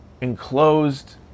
enclosed